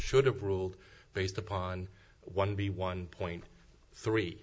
should have ruled based upon one b one point three